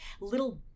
little